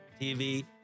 TV